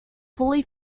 fully